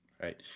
Right